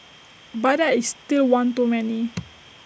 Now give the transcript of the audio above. but that is still one too many